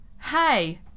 hey